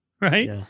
right